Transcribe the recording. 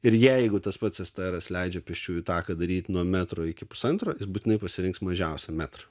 ir jeigu tas pats stras leidžia pėsčiųjų taką daryti nuo metro iki pusantro jis būtinai pasirinks mažiausiai metra